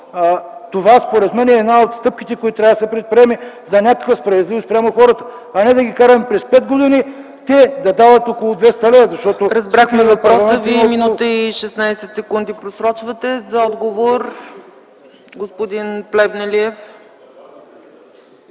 Това според мен е една от стъпките, които трябва да се предприемат за някаква справедливост спрямо хората. Не да ги караме през пет години да дават около 200 лева. ПРЕДСЕДАТЕЛ ЦЕЦКА ЦАЧЕВА: Разбрахме въпроса Ви. Минута и 16 секунди просрочвате. За отговор – господин Плевнелиев.